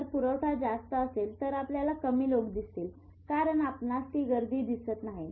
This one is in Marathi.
जर पुरवठा जास्त असेल तर आपल्याला कमी लोक दिसतील कारण आपणास ती गर्दी दिसत नाही